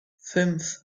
fünf